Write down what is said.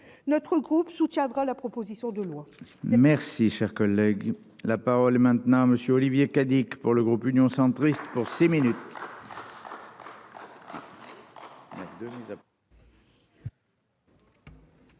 notre groupe soutiendra la proposition de loi. Merci, cher collègue, la parole est maintenant à monsieur Olivier Cadic pour le groupe Union centriste pour 5 minutes.